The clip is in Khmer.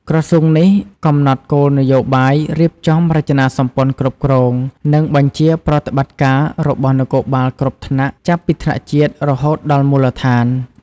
ក្រសួងនេះកំណត់គោលនយោបាយ រៀបចំរចនាសម្ព័ន្ធគ្រប់គ្រង និងបញ្ជាប្រតិបត្តិការរបស់នគរបាលគ្រប់ថ្នាក់ ចាប់ពីថ្នាក់ជាតិរហូតដល់មូលដ្ឋាន។